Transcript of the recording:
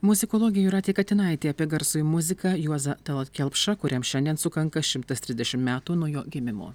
muzikologė jūratė katinaitė apie garsųjį muziką juozą talat kelpšą kuriam šiandien sukanka šimtas trisdešimt metų nuo jo gimimo